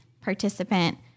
participant